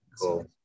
Cool